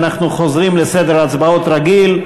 ואנחנו חוזרים לסדר הצבעות רגיל.